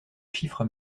chiffre